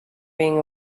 being